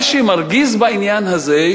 מה שמרגיז בעניין הזה,